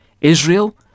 Israel